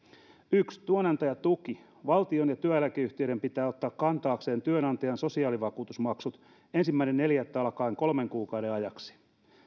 yksi työnantajatuki valtion ja työeläkeyhtiöiden pitää ottaa kantaakseen työnantajan sosiaalivakuutusmaksut ensimmäinen neljättä alkaen kolmen kuukauden ajaksi